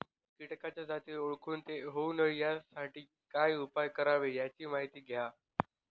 किटकाच्या जाती ओळखून ते होऊ नये यासाठी काय उपाय करावे याची माहिती द्या